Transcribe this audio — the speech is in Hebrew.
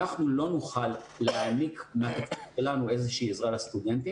אנחנו לא נוכל להעניק מהתקציב שלנו איזה שהיא עזרה לסטודנטים,